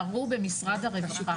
כל המעונות השיקומיים יישארו במשרד הרווחה,